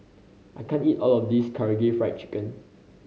I can't eat all of this Karaage Fried Chicken